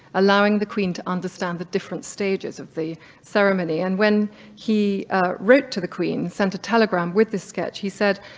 allowing the queen to understand the different stages of the ceremony. and when he wrote to the queen, sent a telegram with a sketch, he said,